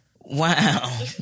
Wow